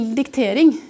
diktering